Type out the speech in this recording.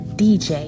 dj